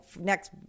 next